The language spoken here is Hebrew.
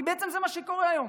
כי בעצם זה מה שקורה היום.